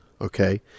Okay